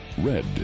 Red